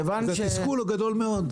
אז התסכול הוא גדול מאוד.